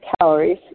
calories